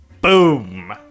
Boom